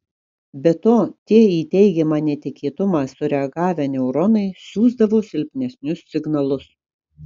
be to tie į teigiamą netikėtumą sureagavę neuronai siųsdavo silpnesnius signalus